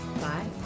Bye